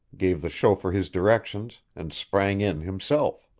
gave the chauffeur his directions, and sprang in himself.